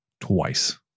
twice